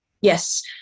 Yes